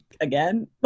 again